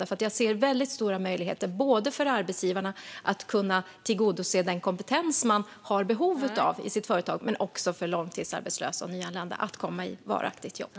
Jag ser nämligen väldigt stora möjligheter både för arbetsgivarna att tillgodose kompetensbehov de har i sina företag och för långtidsarbetslösa och nyanlända att komma i varaktigt arbete.